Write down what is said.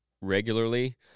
regularly